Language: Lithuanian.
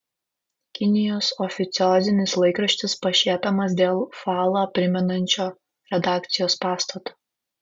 kinijos oficiozinis laikraštis pašiepiamas dėl falą primenančio redakcijos pastato